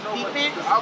defense